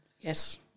Yes